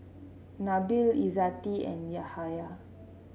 Nabil Izzati and Yahya